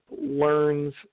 learns